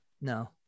No